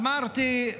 אמרתי: